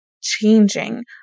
changing